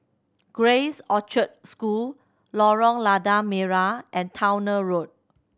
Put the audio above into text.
Grace Orchard School Lorong Lada Merah and Towner Road